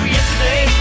Yesterday